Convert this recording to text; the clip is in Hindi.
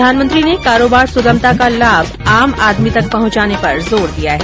प्रधानमंत्री ने कारोबार सुगमता का लाभ आम आदमी तक पहुंचाने पर जोर दिया है